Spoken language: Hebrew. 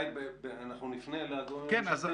כשנפנה לגורמים הרשמיים,